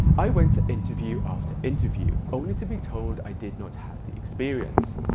i went to interview after interview only to be told i did not have the experience.